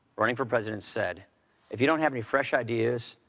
running for president, said if you don't have any fresh ideas,